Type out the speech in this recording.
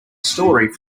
story